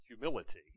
humility